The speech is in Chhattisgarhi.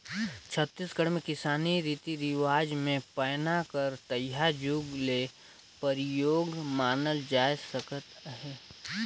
छत्तीसगढ़ मे किसानी रीति रिवाज मे पैना कर तइहा जुग ले परियोग मानल जाए सकत अहे